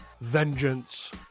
vengeance